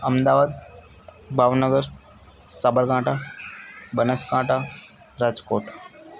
Ahmedabad Bhavnagar Sabarkantha Banaskantha Rajkot